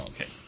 Okay